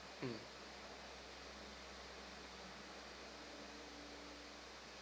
mm